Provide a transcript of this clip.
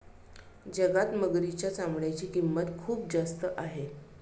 जगात मगरीच्या चामड्याची किंमत खूप जास्त आहे